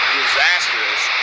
disastrous